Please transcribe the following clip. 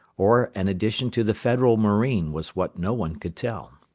or an addition to the federal marine was what no one could tell.